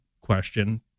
question